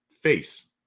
face